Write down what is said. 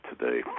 today